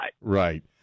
Right